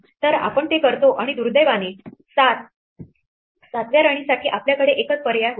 तर आपण ते करतो आणि दुर्दैवाने 7 व्या राणीसाठी आपल्याकडे एकच पर्याय होता